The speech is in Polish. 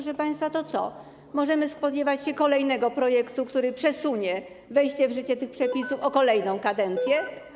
Czy możemy spodziewać się kolejnego projektu, który przesunie wejście w życie tych przepisów na kolejną kadencję?